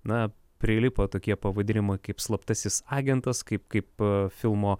na prilipo tokie pavadinimai kaip slaptasis agentas kaip kaip filmo